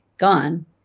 Gone